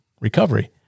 recovery